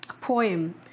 poem